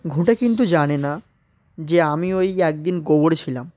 ঘুঁটে কিন্তু জানে না যে আমি ওই একদিন গোবর ছিলাম